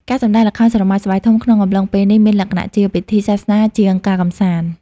ការសម្តែងល្ខោនស្រមោលស្បែកធំ ក្នុងអំឡុងពេលនេះ មានលក្ខណៈជាពិធីសាសនាជាងការកម្សាន្ត។